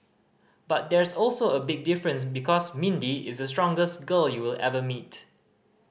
but there's also a big difference because Mindy is the strongest girl you will ever meet